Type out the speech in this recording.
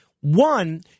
One